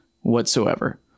whatsoever